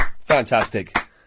Fantastic